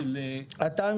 אותה.